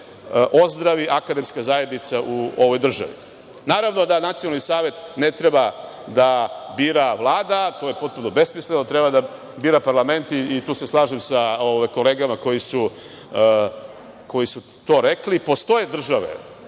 ozdravi akademska zajednica u ovoj državi. Naravno da Nacionalni savet ne treba da bira Vlada, to je potpuno besmisleno. Treba da bira parlament, tu se slažem sa kolegama koji su to rekli. Postoje države